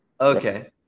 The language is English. okay